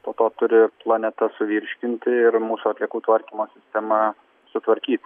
po to turi planeta suvirškinti ir mūsų atliekų tvarkymo sistema sutvarkyti